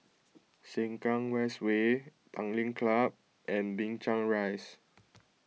Sengkang West Way Tanglin Club and Binchang Rise